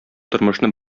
тормышны